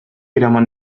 eraman